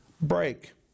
break